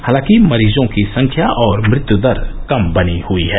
हालांकि मरीजों की संख्या और मृत्यु दर कम बनी हुई है